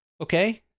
Okay